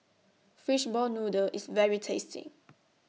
Fishball Noodle IS very tasty